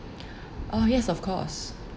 oh yes of course